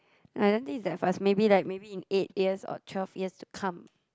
I don't think it's that fast maybe like maybe in eight years or twelve years to come